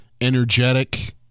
energetic